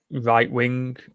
right-wing